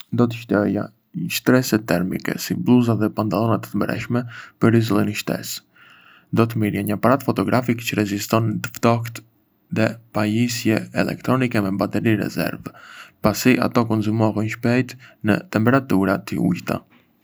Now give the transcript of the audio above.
Do të shtoja shtresa termike, si bluza dhe pantallona të brendshme, për izolim shtesë. Do të merrja një aparat fotografik çë reziston në të ftohtë dhe pajisje elektronike me bateri rezervë, pasi ato konsumohen shpejt në temperatura të ulëta.